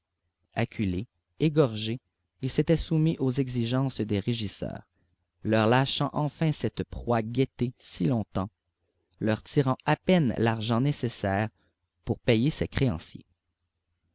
acculé égorgé il s'était soumis aux exigences des régisseurs leur lâchant enfin cette proie guettée si longtemps leur tirant à peine l'argent nécessaire pour payer ses créanciers